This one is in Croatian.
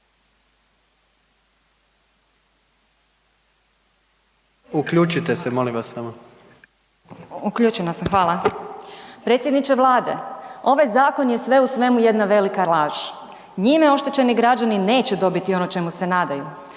i prezimenom)** Uključena sam, hvala. Predsjedniče Vlade, ovaj zakon je sve u svemu jedna velika laž. Njime oštećeni građani neće dobiti ono čemu se nadaju.